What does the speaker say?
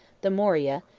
the morea,